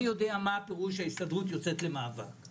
אני יודע מה פירוש ההסתדרות יוצאת למאבק